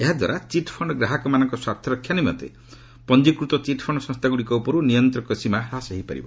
ଏହାଦ୍ୱାରା chit fund ଗ୍ରହହକମାନଙ୍କ ସ୍ୱାର୍ଥରକ୍ଷା ନିମନ୍ତେ ପଞ୍ଜିକୃତ ଚିଟ୍ ଫଶ୍ଚ ସଂସ୍ଥାଗୁଡ଼ିକ ଉପରୁ ନିୟନ୍ତକ ସୀମା ହ୍ରାସ ହୋଇପାରିବ